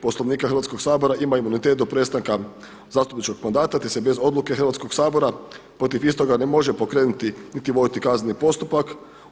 Poslovnika Hrvatskog sabora ima imunitet do prestanka zastupničkog mandata, te se bez odluke Hrvatskog sabora protiv istoga ne može pokrenuti niti voditi kazneni postupak.